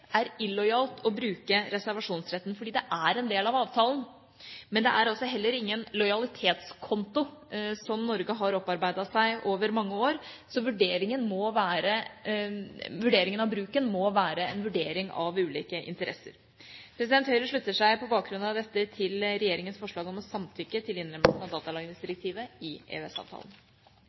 er illojalt å bruke reservasjonsretten fordi det er en del av avtalen, men det er altså heller ingen lojalitetskonto som Norge har opparbeidet seg over mange år. Så vurderingen av bruken må være en vurdering av ulike interesser. Høyre slutter seg på bakgrunn av dette til regjeringens forslag om å samtykke til innlemmelse av datalagringsdirektivet i